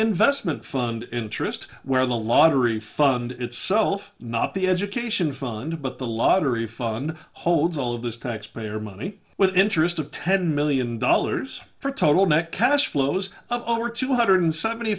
investment fund interest where the lottery fund itself not the education fund but the lottery fund holds all of this taxpayer money with interest of ten million dollars for total net cash flows of over two hundred seventy